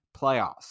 playoffs